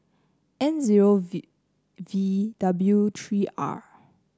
N zero V V W three R